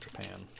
Japan